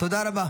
תודה רבה.